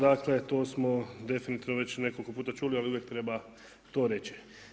Dakle, to smo definitivno već nekoliko puta čuli, ali uvijek treba to reći.